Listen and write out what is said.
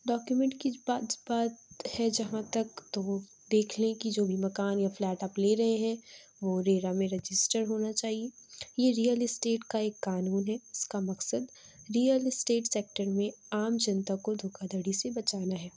document کی بات بات ہے جہاں تک تو وہ دیکھ لیں کہ جو بھی مکان یا فلیٹ آپ لے رہے ہیں وہ ریرا میں رجسٹر ہونا چاہیے یہ ریئل اسٹیٹ کا ایک قانون ہے جس کا مقصد ریئل اسٹیٹ سیکٹر میں عام جنتا کو دھوکہ دھڑی سے بچانا ہے